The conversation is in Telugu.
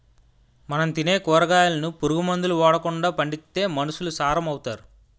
మనం తినే కూరగాయలను పురుగు మందులు ఓడకండా పండిత్తే మనుసులు సారం అవుతారు